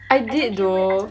I did though